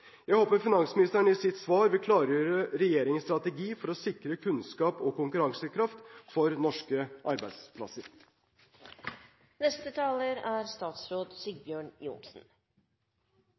Jeg håper finansministeren i sitt svar vil klargjøre regjeringens strategi for å sikre kunnskap og konkurransekraft for norske arbeidsplasser. For det første er